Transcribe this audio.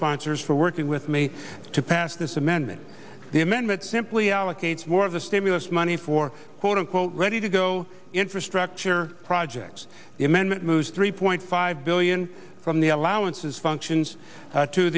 sponsors for working with me to pass this amendment the amendment simply allocates more of the stimulus money for quote unquote ready to go infrastructure projects the amendment moves three point five billion from the allowances functions